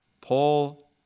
Paul